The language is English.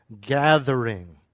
gathering